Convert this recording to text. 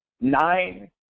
nine